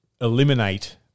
eliminate